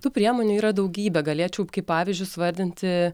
tų priemonių yra daugybė galėčiau kaip pavyzdžius vardinti